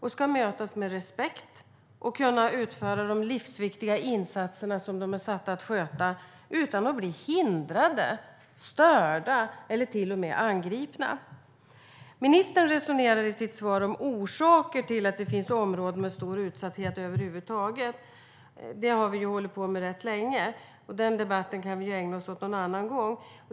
De ska mötas med respekt och kunna utföra de livsviktiga insatser som de är satta att sköta utan att bli hindrade, störda eller till och med angripna. Ministern resonerar i sitt svar om orsaker till att det över huvud taget finns områden med stor utsatthet. Det har vi hållit på med rätt länge, och den debatten kan vi ägna oss åt någon annan gång.